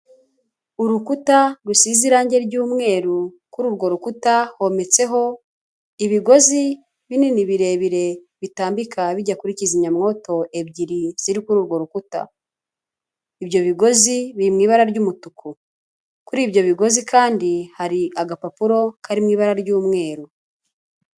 Urukuta rusize irangi ry'umweru, kuri urwo rukuta hometseho ibigozi binini birebire, bitambika bijya kuri kizimyamwoto ebyiri ziri kuri urwo rukuta. Ibyo bigozi biri mu ibara ry'umutuku. Kuri ibyo bigozi kandi hari agapapuro kari mu ibara ry'umweru.